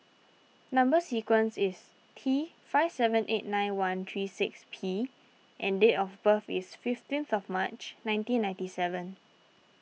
Number Sequence is T five seven eight nine one three six P and date of birth is fifteenth of March nineteen ninety seven